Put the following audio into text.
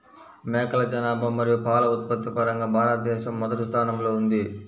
మేకల జనాభా మరియు పాల ఉత్పత్తి పరంగా భారతదేశం మొదటి స్థానంలో ఉంది